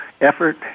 effort